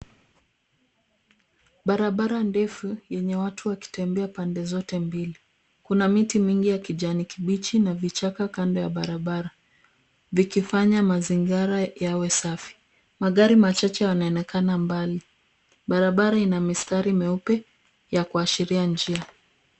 Barabara ndefu yenye watu wakitembea pande zote mbili. Kuna miti mingi ya kijani kibichi na vichaka kando ya barabara vikifanya mazingira yawe safi. Magari machache yanaonekana mbali. Barabara ina mistari meupe ya kuashiria njia.